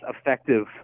effective